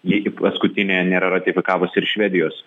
ji paskutinė nėra ratifikavusi ir švedijos